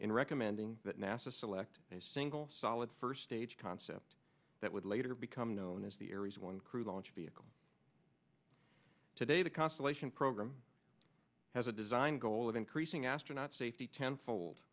in recommending that nasa select a single solid first stage concept that would later become known as the aries one crew launch vehicle today the constellation program has a design goal of increasing astronaut safety tenfold